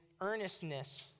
earnestness